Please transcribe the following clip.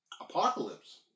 Apocalypse